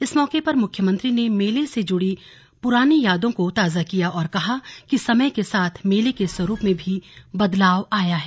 इस मौके पर मुख्यमंत्री ने मेले से जुड़ी पुरानी यादों को ताजा किया और कहा कि समय के साथ मेले के स्वरूप में भी बदलाव आया है